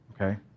okay